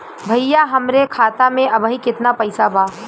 भईया हमरे खाता में अबहीं केतना पैसा बा?